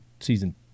Season